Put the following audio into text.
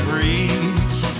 reach